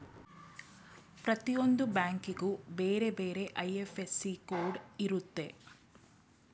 ಪ್ರತಿಯೊಂದು ಬ್ಯಾಂಕಿಗೂ ಬೇರೆ ಬೇರೆ ಐ.ಎಫ್.ಎಸ್.ಸಿ ಕೋಡ್ ಇರುತ್ತೆ